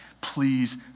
please